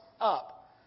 up